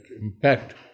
impact